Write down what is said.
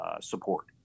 support